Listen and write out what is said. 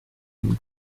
and